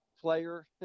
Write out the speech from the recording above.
player